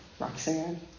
Roxanne